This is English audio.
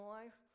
life